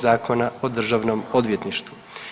Zakona o državnom odvjetništvu.